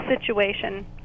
situation